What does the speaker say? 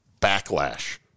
backlash